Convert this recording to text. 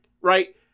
right